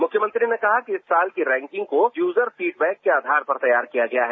मुख्यमंत्री ने कहा कि इस साल की रैंकिंग को यूजर फीडबैक के आधार पर तैयार किया गया है